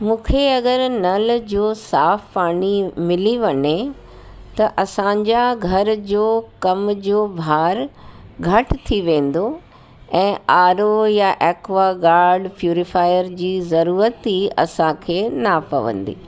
मूंखे अगरि नल जो साफ़ पाणी मिली वञे त असांजा घर जो कमु जो भार घटि थी वेंदो ऐं आरो या एक्वागाड प्यूरीफायर जी ज़रूरुत ई असांखे न पवंदी